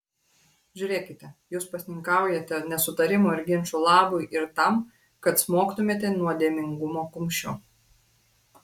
žiūrėkite jūs pasninkaujate nesutarimų ir ginčų labui ir tam kad smogtumėte nuodėmingumo kumščiu